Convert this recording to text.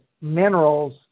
minerals